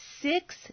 six